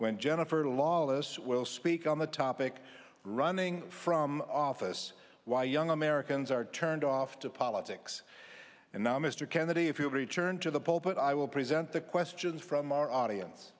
when jennifer lawless will speak on the topic running from office why young americans are turned off to politics and now mr kennedy if you return to the pulpit i will present the question from our audience